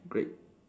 great